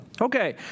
okay